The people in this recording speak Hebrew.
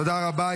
תודה רבה.